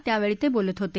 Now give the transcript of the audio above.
त्यावेळी ते बोलत होते